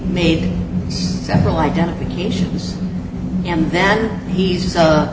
made several identifications and then he's